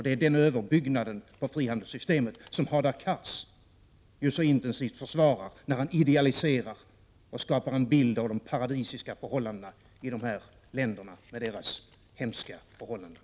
Det är den överbyggnaden på frihandelssystemet som Hadar Cars så intensivt försvarar, när han idealiserar och skapar en bild av de paradisiska förhållandena i dessa länder — förhållanden som i verkligheten är hemska.